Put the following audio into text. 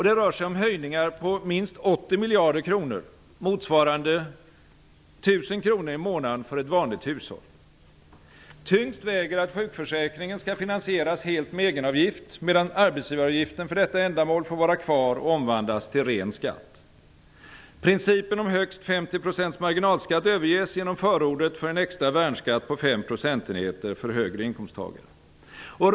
Det rör sig om höjningar på minst 80 miljarder kronor, motsvarande 1 000 kr i månaden för ett vanligt hushåll. Tyngst väger att sjukförsäkringen skall finansieras helt med egenavgift, medan arbetsgivaravgiften för detta ändamål får vara kvar och omvandlas till ren skatt. Principen om högst 50 % marginalskatt överges genom förordet för en extra värnskatt på 5 procentenheter för inkomsttagare med högre inkomst.